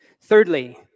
Thirdly